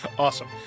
Awesome